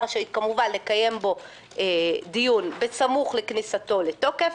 רשאית כמובן לקיים בו דיון בסמוך לכניסתו לתוקף,